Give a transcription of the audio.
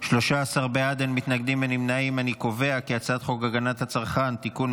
את הצעת חוק הגנת הצרכן (תיקון,